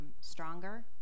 stronger